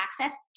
access